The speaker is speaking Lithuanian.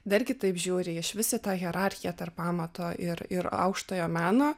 dar kitaip žiūri iš vis į tą hierarchiją tarp pamato ir ir aukštojo meno